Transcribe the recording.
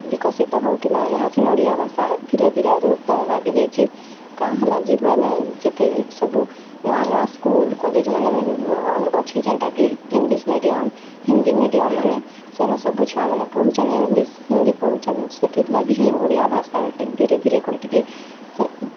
ବିକଶିତ ହଉଥିଲା ଏହା ଓଡ଼ିଆ ଭାଷା ଧୀରେ ଧୀରେ ଲୁପ୍ତ ହେବାକେ ଯାଇଚି କାଁ ହେଲା ଯେ ବୋଇଲେ ଯେତେ ସବୁ ନୂଆ ନୂଆ ସ୍କୁଲ୍ କଲେଜ୍ ମାନେ ଅଛି ଯେନ୍ତା କି ଇଂଲିଶ୍ ମିଡ଼ିୟମ୍ ହିନ୍ଦୀ ମିଡ଼ିୟମ୍ ମାନେ ସେନୁ ସବୁ ଛୁଆମାନେ ପଢ଼ୁଛନ୍ ଇଂଲିଶ୍ ହିନ୍ଦି ପଢ଼ୁଛନ୍ ସେଥିର୍ ଲାଗି ହି ଓଡ଼ିଆ ଭାଷାଟା ଧୀରେ ଧୀରେ କରି